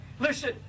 Listen